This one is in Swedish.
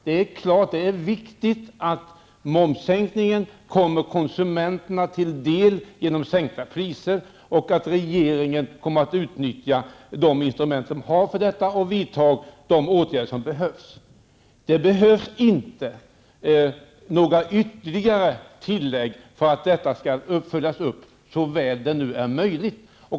Det är viktigt att momssänkningen kommer konsumenterna till del genom sänkta priser, att regeringen kommer att utnyttja de instrument den har för detta och vidta de åtgärder som behövs. Det behövs inte några ytterligare tillägg för att detta skall följas upp så väl det nu är möjligt.